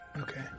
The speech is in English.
okay